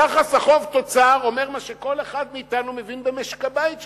יחס החוב תוצר אומר מה שכל אחד מאתנו מבין במשק-הבית שלו,